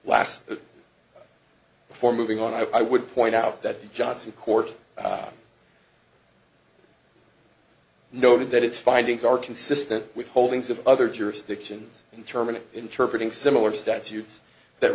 before moving on i would point out that the johnson court noted that its findings are consistent with holdings of other jurisdictions in terminal interpret and similar statutes that